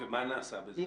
ומה נעשה בזה?